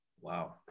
Wow